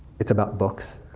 it's about books.